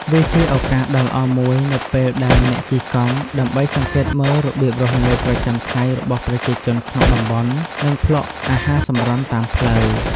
វាជាឱកាសដ៏ល្អមួយនៅពេលដែលអ្នកជិះកង់ ដើម្បីសង្កេតមើលរបៀបរស់នៅប្រចាំថ្ងៃរបស់ប្រជាជនក្នុងតំបន់ និងភ្លក់អាហារសម្រន់តាមផ្លូវ។